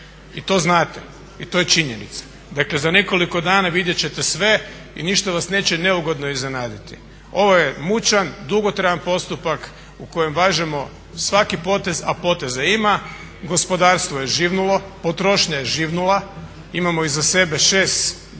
i to znate i to je činjenica. Dakle za nekoliko dana vidjet ćete sve i ništa vas neće neugodno iznenaditi. Ovo je mučan, dugotrajan postupak u kojem važemo svaki potez, a poteza ima. Gospodarstvo je živnulo, potrošnja je živnula, imamo iza sebe 6 gladnih